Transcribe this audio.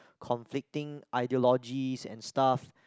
conflicting ideologies and stuff